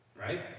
right